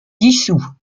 dissous